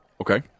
Okay